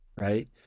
right